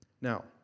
Now